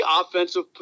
offensive